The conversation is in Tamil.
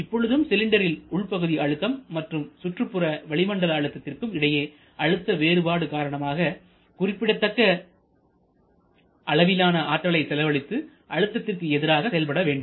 இப்பொழுதும் சிலிண்டரின் உள்பகுதி அழுத்தம் மற்றும் சுற்றுப்புற வளிமண்டல அழுத்தத்திற்கும் இடையே அழுத்த வேறுபாடு காரணமாக குறிப்பிடத்தக்க அளவிலான ஆற்றலை செலவழித்து அழுத்தத்திற்கு எதிராக செயல்பட வேண்டும்